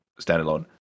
standalone